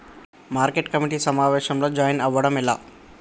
Market committee సమావేశంలో join అవ్వడం ఎలా?